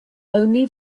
only